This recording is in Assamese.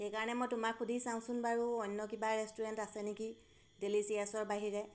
সেইকাৰণে মই তোমাক সুধি চাওঁচোন বাৰু অন্য কিবা ৰেষ্টুৰেণ্ট আছে নেকি ডেলিচিয়াছৰ বাহিৰে